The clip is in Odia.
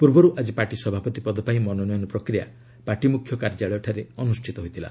ପୂର୍ବରୁ ଆକି ପାର୍ଟି ସଭାପତି ପଦ ପାଇଁ ମନୋନୟନ ପ୍ରକ୍ରିୟା ପାର୍ଟି ମୁଖ୍ୟ କାର୍ଯ୍ୟାଳୟଠାରେ ଅନୁଷ୍ଠିତ ହୋଇଥିଲା